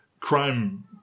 Crime